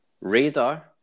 Radar